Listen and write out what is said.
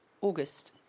August